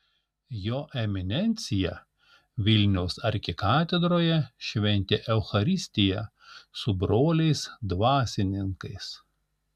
jo eminencija vilniaus arkikatedroje šventė eucharistiją su broliais dvasininkais